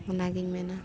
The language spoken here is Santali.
ᱚᱱᱟᱜᱤᱧ ᱢᱮᱱᱟ